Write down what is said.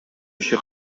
киши